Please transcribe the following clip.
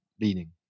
leaning